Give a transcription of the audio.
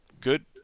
Good